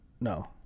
No